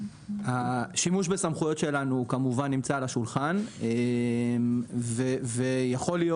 השימוש בסמכויות שלנו כמובן נמצא על השולחן ויכול להיות